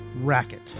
racket